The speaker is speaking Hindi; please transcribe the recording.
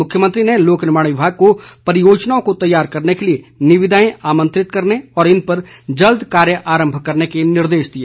मुख्यमंत्री ने लोक निमार्ण विभाग को परियोजनाओं को तैयार करने के लिए निविदाएं आमंत्रित करने और इन पर जल्द कार्य आरम्भ करने के निर्देश दिए